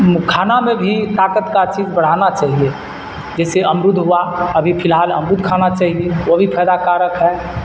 کھانا میں بھی طاقت کا چیز بڑھانا چاہیے جیسے امرود ہوا ابھی فی الحال امرود کھانا چاہیے وہ بھی فائدہ کارک ہے